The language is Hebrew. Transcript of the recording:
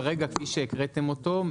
כרגע כפי שהקראתם אותו,